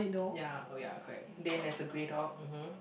ya oh ya correct then there's a grey dog mmhmm